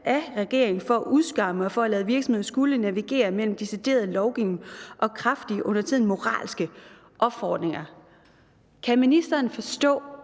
af regeringen for at »udskamme« og for at lade virksomheder skulle navigere mellem decideret lovgivning og kraftige, undertiden moralske, opfordringer.« Kan ministeren forstå,